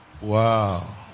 Wow